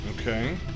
Okay